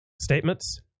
statements